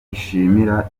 bishimira